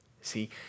See